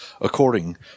according